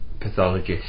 pathologist